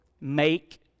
make